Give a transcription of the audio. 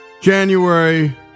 January